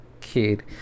kid